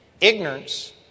Ignorance